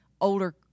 older